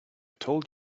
told